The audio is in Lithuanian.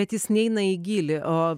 bet jis neina į gylį o